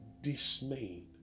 dismayed